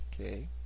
Okay